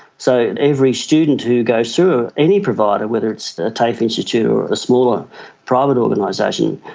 so every student who goes through any provider, whether it's a tafe institute or a smaller private organisation,